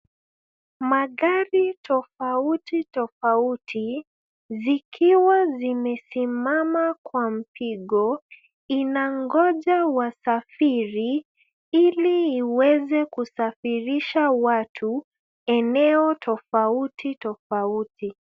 Magari tofautitofauti zikiwa zimesimama kwa mpigo, inangoja wasafiri ili iweze kusafirisha watu eneo tofautitofauti.